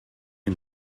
and